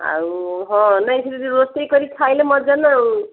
ଆଉ ହଁ ନାଇଁ ସେଠି ରୋଷେଇ କରିକି ଖାଇଲେ ମଜା ନା ଆଉ